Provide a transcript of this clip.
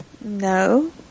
No